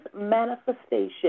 manifestation